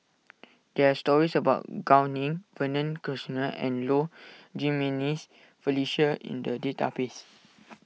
there are stories about Gao Ning Vernon Cornelius and Low Jimenez Felicia in the database